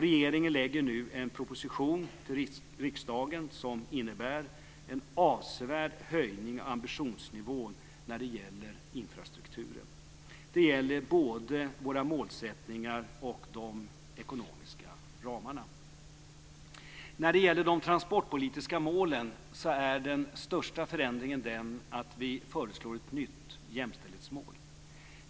Regeringen lägger nu fram en proposition för riksdagen som innebär en avsevärd höjning av ambitionsnivån när det gäller infrastrukturen. Det gäller både våra målsättningar och de ekonomiska ramarna. När det gäller de transportpolitiska målen är den största förändringen att vi föreslår ett nytt jämställdhetsmål.